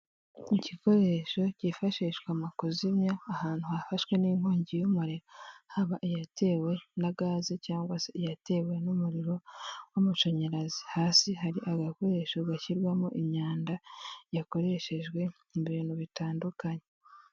Igikoresho kifashishwa mu kuzimya ahantu hafashwe n'inkongi y'umuriro, haba iyatewe na gaze cyangwa iyatewe n'umuriro w'amashanyarazi, hasi hari agakoresho gashyirwamo imyanda yakoreshejwe mu bintu bitandukanye.